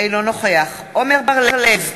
אינו נוכח עמר בר-לב,